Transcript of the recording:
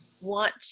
want